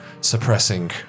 suppressing